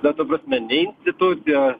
na ta prasme nei institucijos